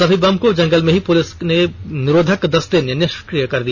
सभी बम को जंगल में ही पुलिस के बम निरोधक दस्ते ने निष्क्रिय कर दिया